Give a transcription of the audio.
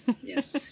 yes